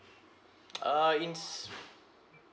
uh it's